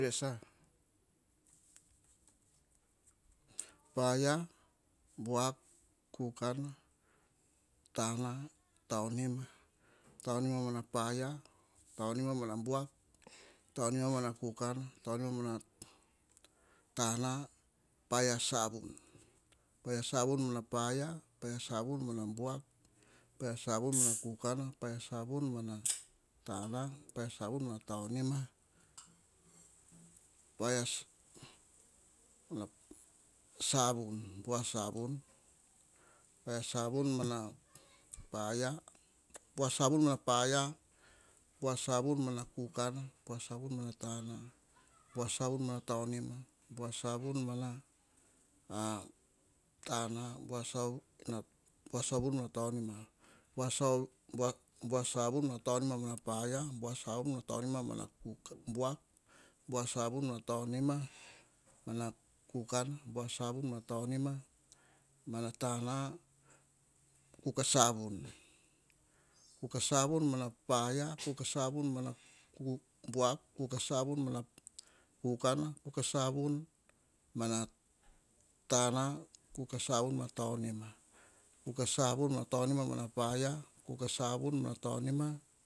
Paia, buak, kukana, tana, taunima, taunima mana paia, taunima man buak, taunima man kukana, taunima mana tana, paia savun. Paia savun mana paia, paia savun mana buak, paia savun mana kukana, paia savun mana kukana, paia savun mana tana, paia savun mana tounima, bua savun. Bua savun mana paia, bua savun mana buak, bua savun mana kukana, bua savun mona tana, bua savun mona taonima, bua savun mana toanima mona paia, bua savun mona toanima mona buak, bua savun mona toanima mona kukana, bua savun mona toanima mana tana, bua savun toanima mona toanima, kuka savun. Kuka savun mona paia, kuka savun mona buak, kuka savun mona kukana, kuka savun mona tana, kuka savun mona taonima, kuka savun mana taonima mona paia, kuka savun mana taonima.